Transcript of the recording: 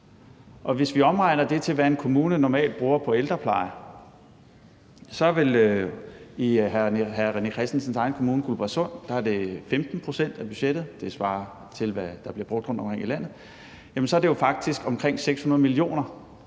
hvis vi omregner det til, hvad en kommune normalt bruger på ældrepleje, så er det i hr. René Christensens egen kommune, Guldborgsund, 15 pct. af budgettet. Det svarer til, hvad der bliver brugt rundtomkring i landet. Og så er det jo faktisk omkring 600 mio.